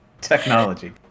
Technology